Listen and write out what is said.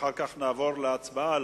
אחר כך נעבור להצבעה,